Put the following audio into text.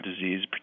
disease